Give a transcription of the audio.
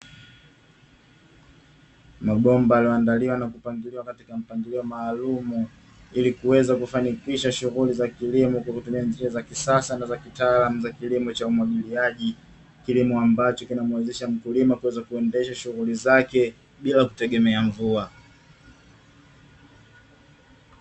Mabomba yaliyoandaliwa na kupangiliwa katika mpangilio maalumu ili kuweza kufanikisha shughuli za kilimo kwa kutumia njia za kisasa na za kitaalamu za kilimo cha kisasa cha umwagiliaji, kilimo ambacho kinamuezesha mkulima kuweza kuendesha shughuli zake bila kutegemea mvua.